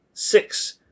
Six